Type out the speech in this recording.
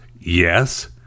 Yes